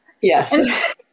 Yes